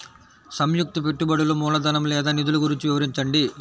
సంయుక్త పెట్టుబడులు మూలధనం లేదా నిధులు గురించి వివరించండి?